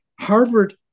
Harvard